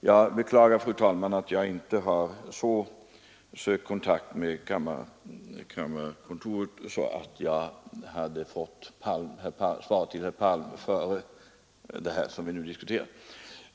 Jag beklagar, fru talman, att jag inte har sökt kontakt med kammarkansliet så att svaret till herr Palm hade kommit före det som vi nu diskuterar.